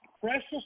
precious